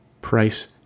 price